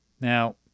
Now